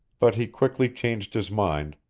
but he quickly changed his mind,